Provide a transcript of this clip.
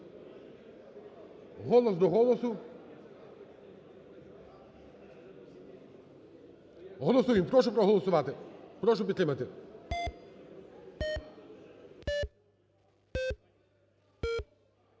Голос до голосу. Голосуємо, прошу проголосувати, прошу підтримати.